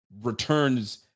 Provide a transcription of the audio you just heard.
returns